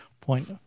point